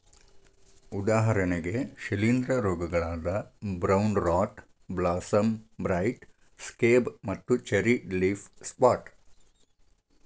ಉದಾಹರಣೆಗೆ ಶಿಲೇಂಧ್ರ ರೋಗಗಳಾದ brown rot blossom blight, scab ಮತ್ತು ಚೆರ್ರಿ ಲೇಫ್ ಸ್ಪಾಟ್